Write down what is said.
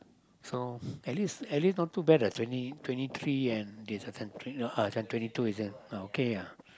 so at least at least not too bad ah twenty twenty three and this one uh twenty two okay ah